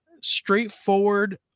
straightforward